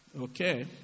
Okay